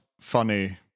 funny